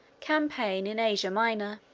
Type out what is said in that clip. campaign in asia minor